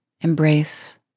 embrace